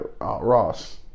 Ross